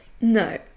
no